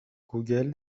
گوگل